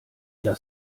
das